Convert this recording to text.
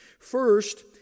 First